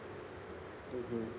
mmhmm